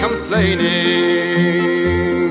Complaining